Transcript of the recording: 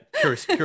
curious